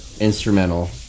instrumental